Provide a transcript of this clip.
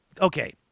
okay